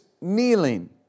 kneeling